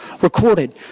recorded